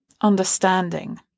understanding